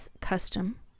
custom